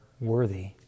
worthy